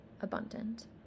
abundant